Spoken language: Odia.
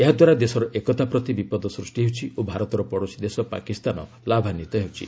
ଏହାଦ୍ୱାରା ଦେଶର ଏକତା ପ୍ରତି ବିପଦ ସୃଷ୍ଟି ହେଉଛି ଓ ଭାରତର ପଡୋଶୀ ଦେଶ ପାକିସ୍ତାନ ଲାଭାନ୍ୱିତ ହେଉଛି